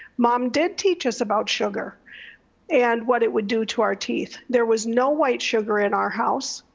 mom did teach us about sugar and what it would do to our teeth. there was no white sugar in our house.